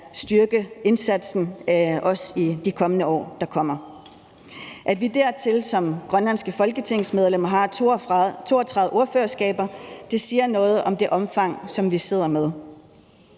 styrke indsatsen også i de kommende år. At vi dertil som grønlandske folketingsmedlemmer har 32 ordførerskaber, siger noget om det omfang, som vi sidder med.